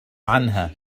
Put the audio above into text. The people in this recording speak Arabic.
عنها